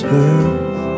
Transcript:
earth